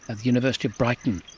at the university of brighton.